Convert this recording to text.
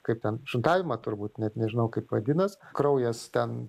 kaip ten šuntavimą turbūt net nežinau kaip vadinasi kraujas ten